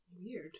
weird